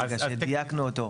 כי דייקנו אותו.